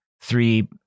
three